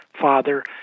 father